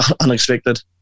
unexpected